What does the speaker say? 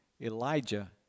Elijah